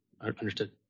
Understood